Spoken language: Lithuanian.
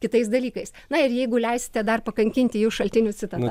kitais dalykais na ir jeigu leisite dar pakankinti jus šaltinių citata